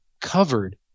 covered